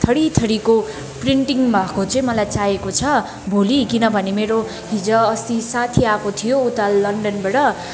थरी थरीको प्रिन्टिङ भएको चाहिँ मलाई चाहिएको छ भोलि किनभने मेरो हिजो अस्ति साथी आएको थियो उता लन्डनबाट